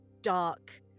dark